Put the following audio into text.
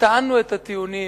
וטענו את הטיעונים,